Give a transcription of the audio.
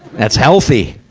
that's healthy!